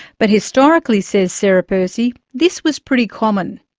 but historically, says sarah percy, this was pretty common.